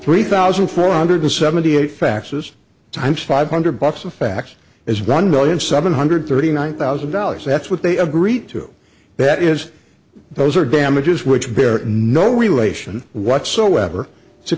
three thousand four hundred seventy eight faxes times five hundred bucks a fax is one million seven hundred thirty nine thousand dollars that's what they agreed to that is those are damages which bear no relation whatsoever to